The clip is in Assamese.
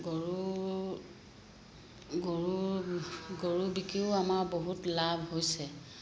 গৰু গৰু গৰু বিকিও আমাৰ বহুত লাভ হৈছে